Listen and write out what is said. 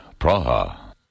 Praha